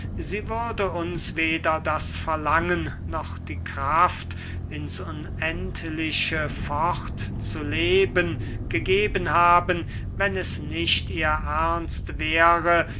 sie würde uns weder das verlangen noch die kraft ins unendliche fort zu leben gegeben haben wenn es nicht ihr ernst wäre